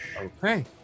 Okay